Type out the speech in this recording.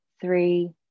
three